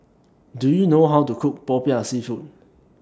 Do YOU know How to Cook Popiah Seafood